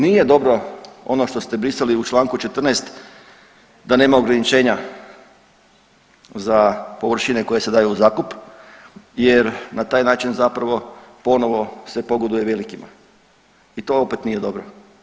Nije dobro ono što ste brisali u čl. 14. da nema ograničenja za površine koje se daju u zakup jer na taj način zapravo ponovo se pogoduje velikima i to opet nije dobro.